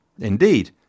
Indeed